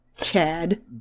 Chad